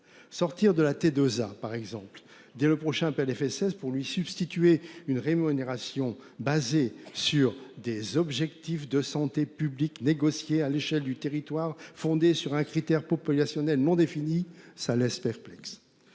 sortir de la T2A, par exemple, dès le prochain PLFSS pour lui substituer une rémunération basée sur des objectifs de santé publique, négocier à l'échelle du territoire fondée sur un critère populationnelle non défini. Ça laisse perplexe.